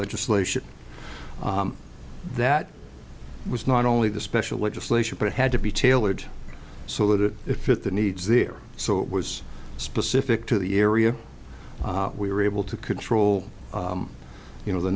legislation that was not only the special legislation but it had to be tailored so that it fit the needs there so it was specific to the area we were able to control you know the